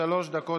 שלוש דקות